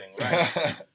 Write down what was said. right